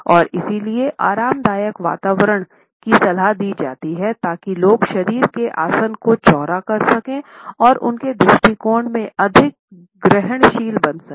और इसलिए आरामदायक वातावरण की सलाह दी जाती है ताकि लोग शरीर के आसन को चौड़ा कर सकें और उनके दृष्टिकोण में अधिक ग्रहणशील बन सके